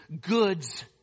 goods